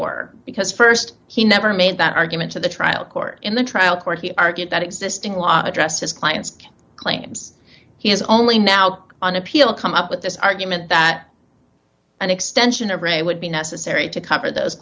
were because st he never made that argument to the trial court in the trial court he argued that existing law address his client's claims he is only now on appeal come up with this argument that an extension of re would be necessary to cover those